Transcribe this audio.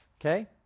Okay